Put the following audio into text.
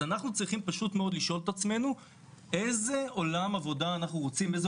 אנחנו צריכים לשאול את עצמנו איזה עולם עבודה אנחנו רוצים ואיזה